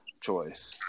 choice